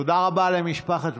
תודה רבה למשפחה שהגיעה.